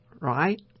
right